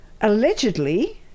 allegedly